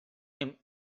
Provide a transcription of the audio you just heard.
him